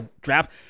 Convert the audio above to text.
draft